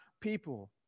people